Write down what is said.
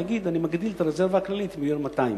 יגיד: אני מגדיל את הרזרבה הכללית ל-1.2 מיליון.